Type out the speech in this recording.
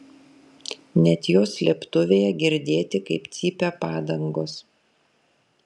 net jos slėptuvėje girdėti kaip cypia padangos